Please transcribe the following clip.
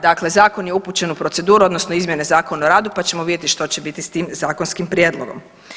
Dakle, zakon je upućen u proceduru odnosno izmjene Zakona o radu pa ćemo vidjeti što će biti s tim zakonskim prijedlogom.